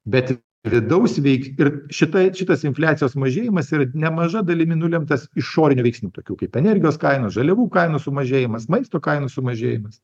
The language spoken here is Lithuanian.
bet vidaus veik ir šita šitas infliacijos mažėjimas yra nemaža dalimi nulemtas išorinių veiksnių tokių kaip energijos kaina žaliavų kainų sumažėjimas maisto kainų sumažėjimas